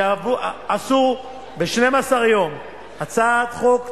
שעשו ב-12 יום הצעת חוק צודקת,